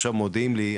עכשיו מודעים לי,